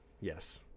Yes